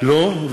לא.